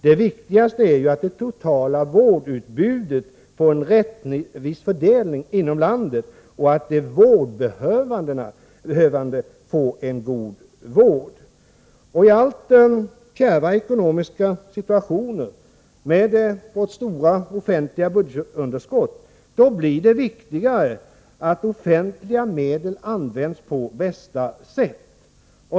Det viktigaste är ju att det totala vårdutbudet får en rättvis fördelning inom landet och att de vårdbehövande får en god vård. I allt kärvare ekonomiska situationer, med vårt stora offentliga budgetunderskott, blir det viktigare att offentliga medel används på bästa sätt.